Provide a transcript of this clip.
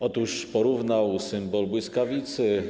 Otóż porównywał symbol błyskawicy.